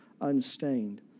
unstained